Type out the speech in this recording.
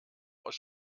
aus